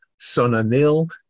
Sonanil